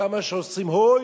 כמה שעושים "הויש",